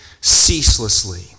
ceaselessly